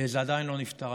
זה עדיין לא נפתר.